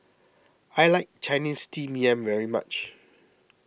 I like Chinese Steamed Yam very much